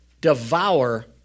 devour